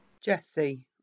jesse